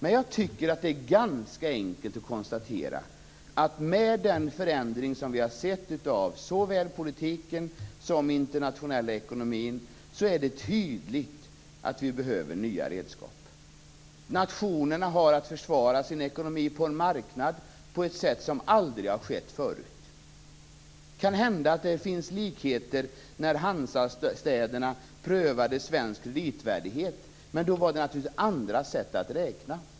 Men jag tycker att det är ganska enkelt att konstatera att med den förändring som vi har sett av såväl politiken som den internationella ekonomin är det tydligt att vi behöver nya redskap. Nationerna har att försvara sin ekonomi på en marknad på ett sätt som aldrig har skett förut. Det kan hända att det finns likheter med när Hansastäderna prövade svensk kreditvärdighet, men då var det naturligtvis andra sätt att räkna.